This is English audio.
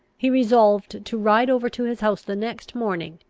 he resolved to ride over to his house the next morning,